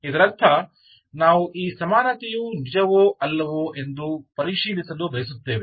ಇದರರ್ಥ ನಾವು ಈ ಸಮಾನತೆಯು ನಿಜವೋ ಅಲ್ಲವೋ ಎಂದು ಪರಿಶೀಲಿಸಲು ಬಯಸುತ್ತೇವೆ